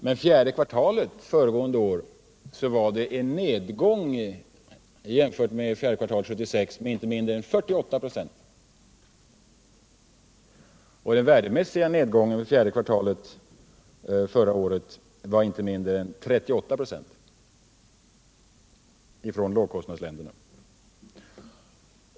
Men fjärde kvartalet förra året innebar en nedgång jämfört med fjärde kvartalet 1976 med inte mindre än 48 96 i volym, och den värdemässiga nedgången fjärde kvartalet förra året var inte mindre än 38 96.